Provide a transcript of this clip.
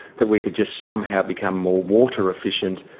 that we could just somehow become more water efficient,